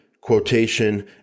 quotation